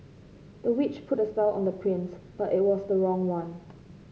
the witch put a spell on the prince but it was the wrong one